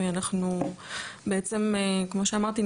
וכמו שאמרתי,